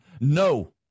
No